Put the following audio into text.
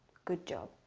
good job.